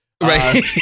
Right